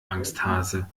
angsthase